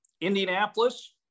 Indianapolis